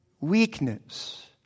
weakness